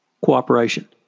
cooperation